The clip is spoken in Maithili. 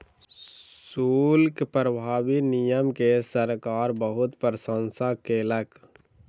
शुल्क प्रभावी नियम के सरकार बहुत प्रशंसा केलक